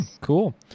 Cool